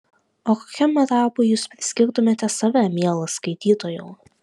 o kokiam etapui jūs priskirtumėte save mielas skaitytojau